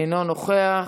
אינו נוכח,